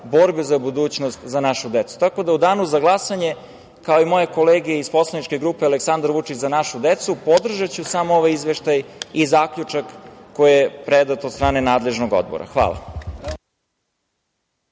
borbe za budućnost za našu decu. Tako da, u danu za glasanje, kao i moje kolege iz poslaničke grupe Aleksandar Vučić – Za našu decu, podržaću ovaj izveštaj i zaključak koji je predat od strane nadležnog odbora. Hvala.